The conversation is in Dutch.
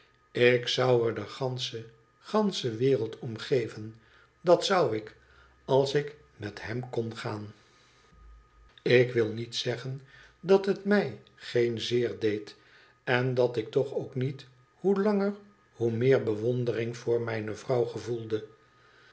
ik zou er de gansche gansche wereld om geven dat zou ik als ik met hem kon aan ik wil niet zeggen dat het mij geen zeer deed en dat ik toch ook met hoe langer hoe meer bewontlering voor mijne vrouw gevoelde